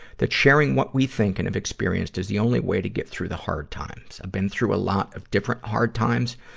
that sharing what we think and have experienced is the only way to get through the hard times. i've been through a lot of hard times,